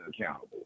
accountable